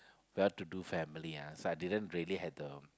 well to do family ah so I didn't really had the